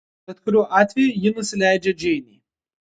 bet kuriuo atveju ji nusileidžia džeinei